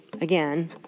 again